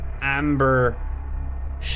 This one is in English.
amber